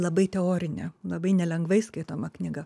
labai teorinė labai nelengvai skaitoma knyga